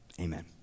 Amen